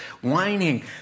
whining